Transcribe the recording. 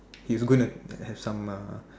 he's was gonna have some uh